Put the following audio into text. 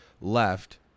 left